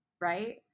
Right